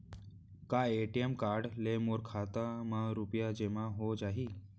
का ATM card ले मोर खाता म रुपिया जेमा हो जाही?